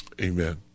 amen